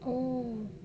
oo